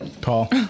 Paul